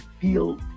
feel